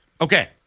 okay